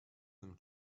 them